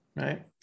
right